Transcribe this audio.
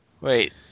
Wait